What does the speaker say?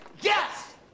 Yes